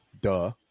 duh